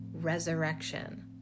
resurrection